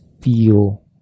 feel